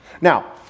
Now